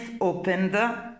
opened